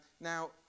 Now